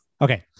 Okay